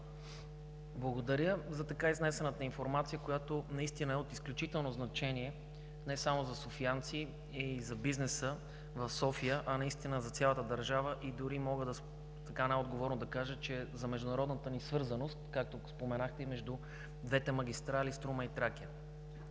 Благодаря за така изнесената информация, която наистина е от изключително значение не само за софиянци и за бизнеса в София, а и за цялата държава, дори мога най-отговорно да кажа: и за международната ни свързаност, както споменахте, и между двете магистрали „Струма“ и „Тракия“.